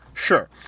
Sure